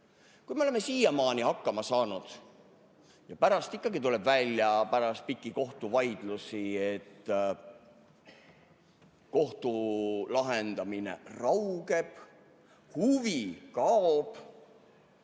Kui me oleme siiamaani hakkama saanud ja pärast ikkagi tuleb välja pärast pikki kohtuvaidlusi, et kohtu[asja] lahendamine raugeb, huvi kaob,